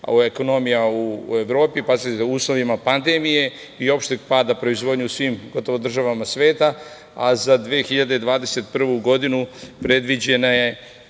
ekonomija u Evropi u uslovima pandemije i opšteg pada proizvodnje u gotovo svim državama sveta, a za 2021. godinu predviđen je